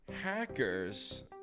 Hackers